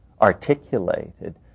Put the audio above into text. articulated